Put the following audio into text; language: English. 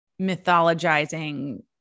mythologizing